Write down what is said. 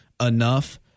enough